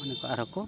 ᱚᱱᱮᱠᱚ ᱟᱨ ᱦᱚᱠᱚ